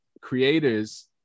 creators